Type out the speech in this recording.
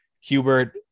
Hubert